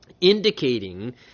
indicating